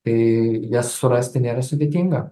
tai jas surasti nėra sudėtinga